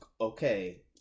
okay